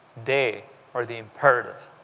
they are the imperative.